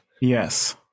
Yes